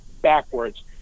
backwards